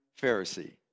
Pharisee